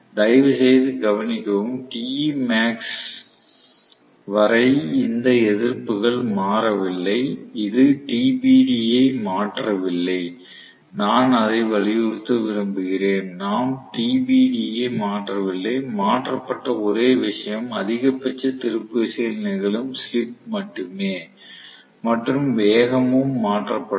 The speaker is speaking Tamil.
தயவுசெய்து கவனிக்கவும் Temax வரை இந்த எதிர்ப்புகள் மாறவில்லை இது TBD ஐ மாற்றவில்லை நான் அதை வலியுறுத்த விரும்புகிறேன் நாம் TBD ஐ மாற்றவில்லை மாற்றப்பட்ட ஒரே விஷயம் அதிகபட்ச திருப்பு விசையில் நிகழும் ஸ்லிப் மட்டுமே மற்றும் வேகமும் மாற்றப்பட்டது